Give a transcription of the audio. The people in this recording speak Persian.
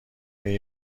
بیام